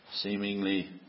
seemingly